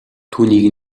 түүнийг